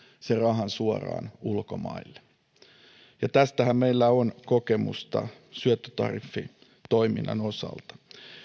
sen rahan suoraan ulkomaille tästähän meillä on kokemusta syöttötariffitoiminnan osalta